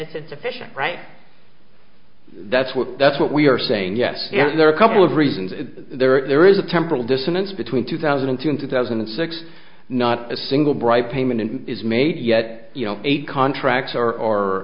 it's official right that's what that's what we are saying yes there are a couple of reasons there is there is a temporal dissonance between two thousand and two and two thousand and six not a single bright payment in is made yet eight contracts are or